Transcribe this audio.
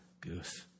goose